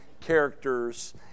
characters